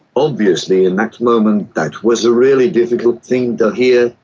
obviously in that moment that was a really difficult thing to hear,